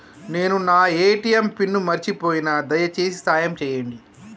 నేను నా ATM pin మర్చిపోయిన, దయచేసి సాయం చేయండి